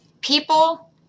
people